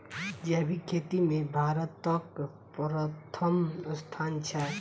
जैबिक खेती मे भारतक परथम स्थान छै